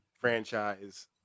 franchise